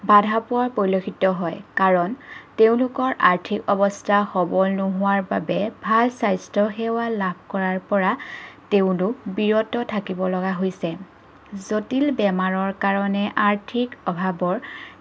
বাধা পোৱা পৰিলক্ষিত হয় কাৰণ তেওঁলোকৰ আৰ্থিক অৱস্থা সবল নোহোৱাৰ বাবে ভাল স্বাস্থ্য সেৱা লাভ কৰাৰ পৰা তেওঁলোক বিৰত থাকিবলগা হৈছে জটিল বেমাৰৰ কাৰণে আৰ্থিক অভাৱৰ